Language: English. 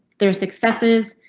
their successes,